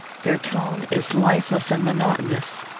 their tone is lifeless and monotonous.